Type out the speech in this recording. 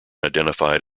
identified